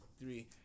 three